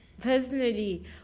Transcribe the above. Personally